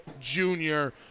junior